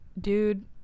dude